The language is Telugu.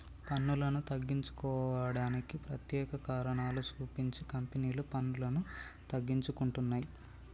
పన్నులను తగ్గించుకోవడానికి ప్రత్యేక కారణాలు సూపించి కంపెనీలు పన్నులను తగ్గించుకుంటున్నయ్